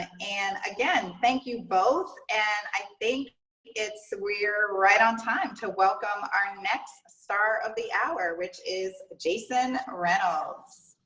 and again, thank you, both. and i think it's we're right on time to welcome our next star of the hour which is jason reynolds.